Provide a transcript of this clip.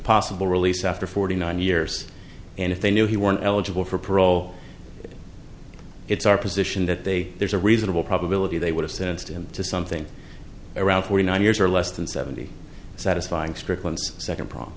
possible release after forty nine years and if they knew he were eligible for parole it's our position that they there's a reasonable probability they would have sent him to something around forty nine years or less than seventy satisfying strickland's second pro